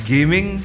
Gaming